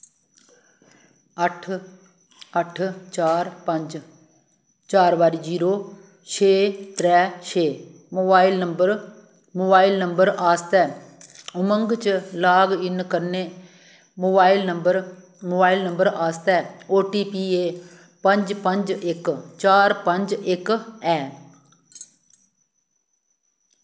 अट्ठ अट्ठ चार पंज चार बारी जीरो छे त्रै छे मोबाइल नंबर मोबाइल नंबर आस्तै उमंग च लाग इन करने मोबाइल नंबर मोबाइल नंबर आस्तै ओटीपी ऐ पंज पंज इक चार पंज इक ऐ